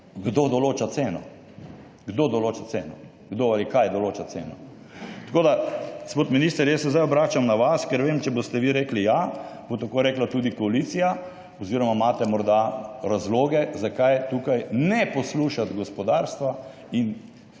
kdo določa ceno? Kdo ali kaj določa ceno? Tako da, gospod minister, jaz se zdaj obračam na vas, ker vem, če boste vi rekli, ja, bo tako rekla tudi koalicija oziroma imate morda razloge, zakaj tukaj ne poslušati gospodarstva in